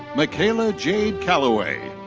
makayla jade calloway.